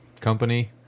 company